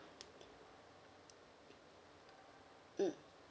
mm